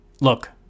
look